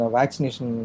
vaccination